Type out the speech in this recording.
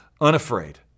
unafraid